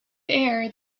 air